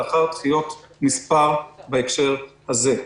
לאחר דחיות מספר בהקשר הזה.